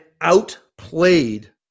outplayed